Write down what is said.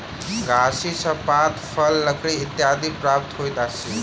गाछी सॅ पात, फल, लकड़ी इत्यादि प्राप्त होइत अछि